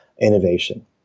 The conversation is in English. innovation